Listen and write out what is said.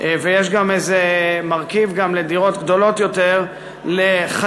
ויש גם מרכיב של דירות גדולות יותר לחיילים,